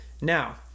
Now